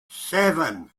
seven